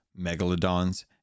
megalodons